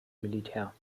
militär